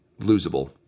losable